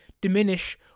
diminish